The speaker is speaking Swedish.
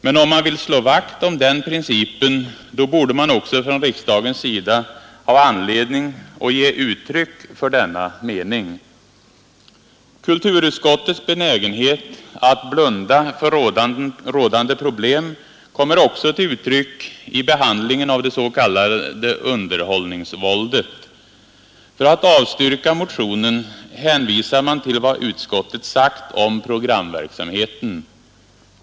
Men om man vill slå vakt om den principen, då borde man också från riksdagens sida ha anledning att ge uttryck för denna mening. Kulturutskottets benägenhet att blunda för rådande problem kommer också till uttryck i behandlingen av det s.k. underhållningsvåldet. För att avstyrka motionen hänvisar man till vad utskottet sagt om programverksamheten.